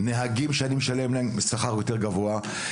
נהגים שאני משלם להם שכר יותר גבוה,